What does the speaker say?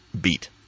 beat